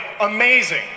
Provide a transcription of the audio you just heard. amazing